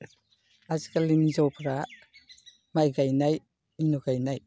आजिखालिनि हिनजावफ्रा माइ गायनाय इन गायनाय